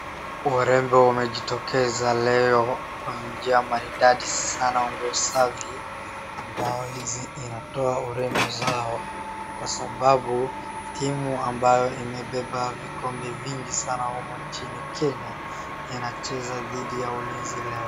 Warembo wamejitokeza leo kwa njia maridadi sana, nguo safi, ambao hizi inatoa urembo zao, kwa sababu timu ambayo imebeba vikombe vingi sana humu nchini Kenya inacheza dhidi ya Ulinzi leo.